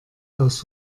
aus